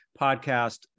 podcast